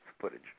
footage